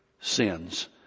sins